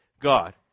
God